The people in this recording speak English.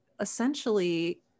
essentially